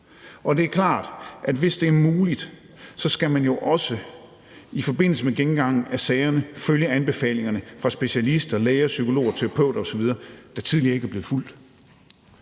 Det er klart, at hvis det er muligt, skal man jo også i forbindelse med gennemgangen af sagerne følge anbefalingerne fra specialister, læger, psykologer, terapeuter osv., der tidligere ikke er blevet fulgt.